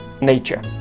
nature